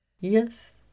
Yes